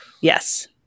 Yes